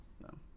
No